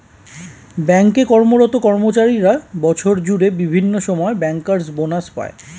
bank এ কর্মরত কর্মচারীরা বছর জুড়ে বিভিন্ন সময়ে ব্যাংকার্স বনাস পায়